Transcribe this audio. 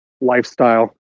lifestyle